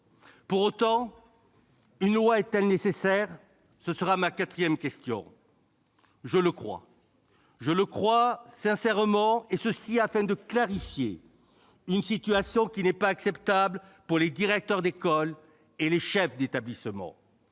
Pour autant, une loi est-elle nécessaire ? Telle est ma quatrième question. Je le crois sincèrement, afin de clarifier une situation qui n'est pas acceptable pour les directeurs d'école et les chefs d'établissement.